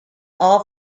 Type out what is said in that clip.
all